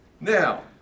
now